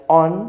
on